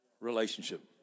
relationship